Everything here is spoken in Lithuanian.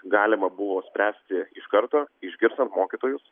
galima buvo spręsti iš karto išgirstant mokytojus